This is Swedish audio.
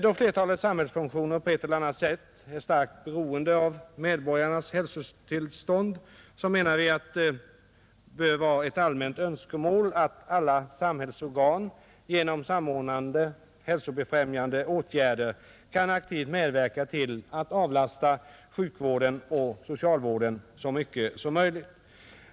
Då flertalet samhällsfunktioner på ett eller annat sätt är starkt beroende av medborgarnas hälsotillstånd, menar vi att det bör vara ett allmänt önskemål att alla samhällsorgan genom samordnade, hälsobefrämjande åtgärder kan aktivt medverka till att avlasta vården och socialvården så mycket som möjligt.